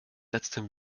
letztem